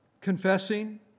confessing